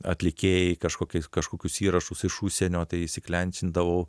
atlikėjai kažkokiais kažkokius įrašus iš užsienio tai įsiglencindavau